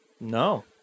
No